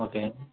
okay